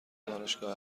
دانشگاه